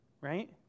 right